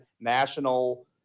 national